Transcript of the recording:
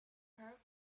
her